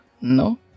no